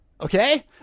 Okay